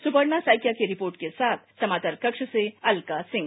सुपर्णा सैकिया की रिपोर्ट के साथ समाचार कक्ष से अलका सिंह